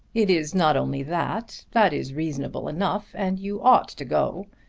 it is not only that. that is reasonable enough and you ought to go.